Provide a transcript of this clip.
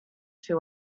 two